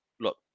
Look